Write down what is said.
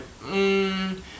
mmm